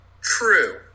True